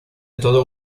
todo